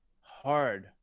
Hard